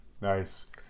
nice